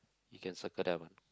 you can circle that one